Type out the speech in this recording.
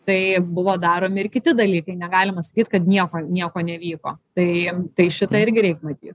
tai buvo daromi ir kiti dalykai negalima sakyt kad nieko nieko nevyko tai im tai šitą irgi reik matyt